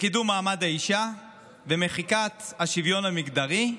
לקידום מעמד האישה ולמחיקת השוויון המגדרי,